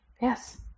Yes